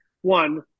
one